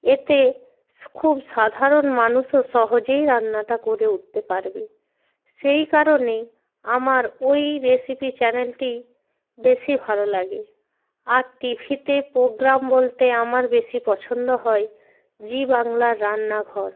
এতে খুব সাধারণ মানুষও সহজেই রান্নাটা করে উঠতে পারবে সেই কারণেই আমার ওই রেসিপি চ্যানেলটি বেশি ভালো লাগে আর টি ভিতে পোগ্রাম বলতে আমার বেশি পছন্দ হয় জি বাংলার রান্নাঘর